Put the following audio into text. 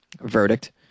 verdict